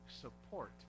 support